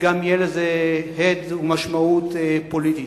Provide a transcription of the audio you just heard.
גם יהיה לזה הד ומשמעות פוליטית.